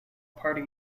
party